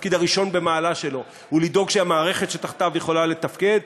התפקיד הראשון במעלה שלו הוא לדאוג שהמערכת שתחתיו יכולה לתפקד.